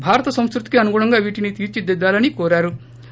భారత సంస్కృతికి అనుగుణంగా వీటిని తీర్పిదిద్దాలని కోరారు